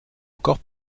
encore